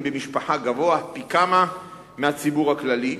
במשפחה גבוה פי כמה מאשר בציבור הכללי,